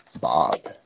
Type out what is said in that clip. bob